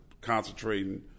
concentrating